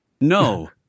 No